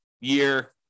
year